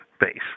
base